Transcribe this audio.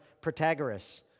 Protagoras